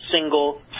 single